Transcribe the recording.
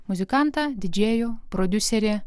muzikantą didžėjų prodiuserį